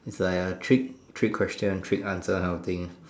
is like a trick trick question trick answer kind of thing